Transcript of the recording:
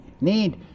need